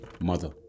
Mother